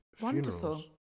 Wonderful